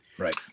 Right